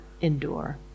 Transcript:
endure